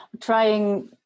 trying